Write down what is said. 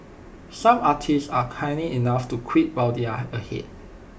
some artists are canny enough to quit while they are ahead